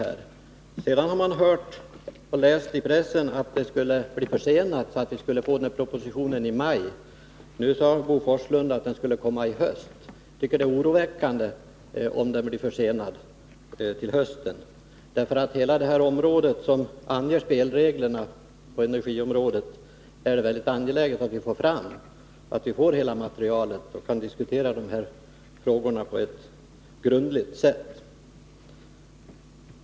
Man har hört och läst i pressen att propositionen skulle bli försenad, så att vi skulle få den i maj. Nu säger Bo Forslund att den skulle komma i höst. Jag tycker det är oroväckande om den blir försenad till hösten, för det är väldigt angeläget att på det här avsnittet, där spelreglerna för hela energiområdet anges, få fram materialet så att vi kan diskutera frågorna på ett grundligt sätt.